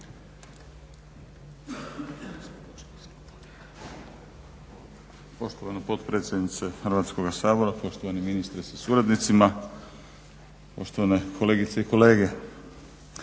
Poštovana potpredsjednice Hrvatskog sabora, poštovani ministre sa suradnicima, poštovane kolegice i kolege.